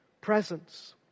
presence